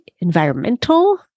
environmental